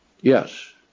Yes